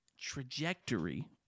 trajectory